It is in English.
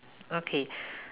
okay